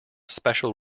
special